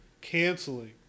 canceling